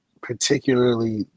particularly